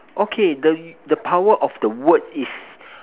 okay the the power of the word is